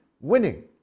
winning